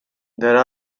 there